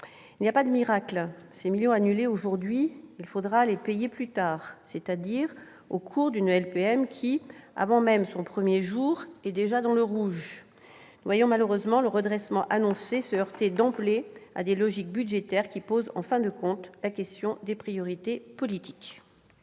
Il n'y a pas de miracles : ces millions d'euros, annulés aujourd'hui, devront être payés plus tard, c'est-à-dire au cours d'une LPM qui, avant même son premier jour, est plongée dans le rouge. Nous voyons malheureusement le redressement annoncé se heurter d'emblée à des logiques budgétaires qui, en définitive, posent la question des priorités politiques.